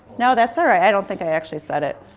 no, that's all right. i don't think i actually said that.